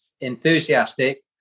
enthusiastic